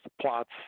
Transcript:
plots